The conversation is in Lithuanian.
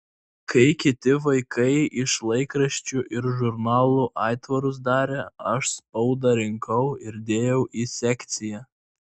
kai kiti vaikai iš laikraščių ir žurnalų aitvarus darė aš spaudą rinkau ir dėjau į sekciją